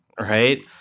right